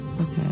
Okay